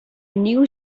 new